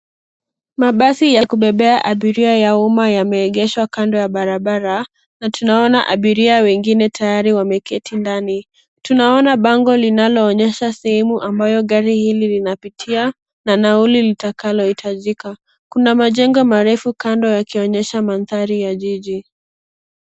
Mabasi ya kubebea abiria ya umma yameegeshwa kando ya barabara, na tunaona abiria wengine tayari wameketi ndani. Tunaona bango linaloonyesha sehemu ambayo gari hili linapitia, na nauli litakalohitajika. Kuna majengo marefu kando yakionyesha mandhari ya jiji.